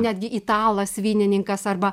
netgi italas vynininkas arba